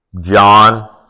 John